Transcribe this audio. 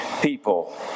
people